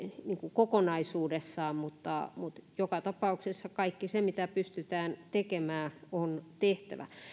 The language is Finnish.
kokonaisuudessaan joka tapauksessa kaikki se mitä pystytään tekemään on tehtävä